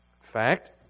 fact